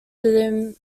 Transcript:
within